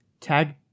Tag